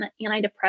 antidepressant